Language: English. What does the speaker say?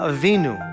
Avinu